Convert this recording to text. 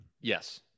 Yes